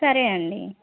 సరే అండి